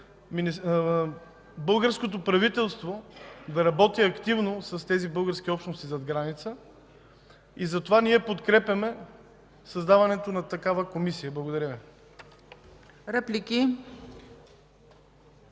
българското правителство да работи активно с българските общности зад граница. Ние подкрепяме създаването на такава комисия. Благодаря Ви.